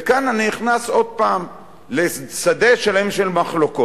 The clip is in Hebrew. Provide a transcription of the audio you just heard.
וכאן אני נכנס עוד פעם לשדה שלם של מחלוקות.